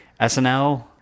SNL